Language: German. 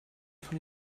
von